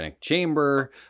chamber